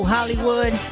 Hollywood